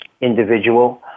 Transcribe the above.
individual